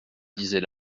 disait